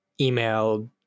email